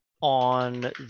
on